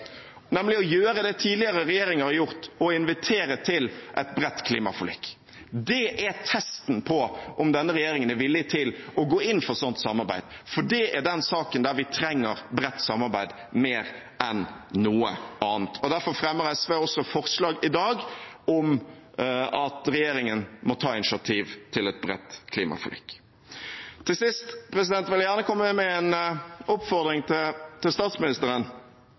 nemlig å gjøre det tidligere regjeringer har gjort: invitere til et bredt klimaforlik. Det er testen på om denne regjeringen er villig til å gå inn for sånt samarbeid, for det er den saken der vi trenger bredt samarbeid mer enn noe annet. Derfor fremmer SV også forslag i dag om at regjeringen må ta initiativ til et bredt klimaforlik. Til sist vil jeg gjerne komme med en oppfordring til statsministeren,